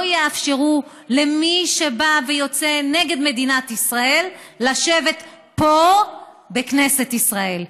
לא יאפשרו למי שבא ויוצא נגד מדינת ישראל לשבת פה בכנסת ישראל.